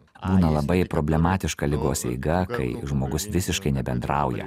būna labai problematiška ligos eiga kai žmogus visiškai nebendrauja